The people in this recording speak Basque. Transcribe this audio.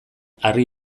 harri